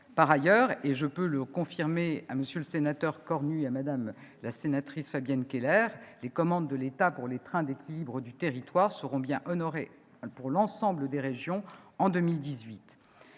Par ailleurs, je peux confirmer à M. le sénateur Cornu et à Mme la sénatrice Keller les commandes de l'État pour les trains d'équilibre du territoire seront honorées pour l'ensemble des régions en 2018.